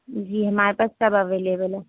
جی ہمارے پاس سب اویلیبل ہے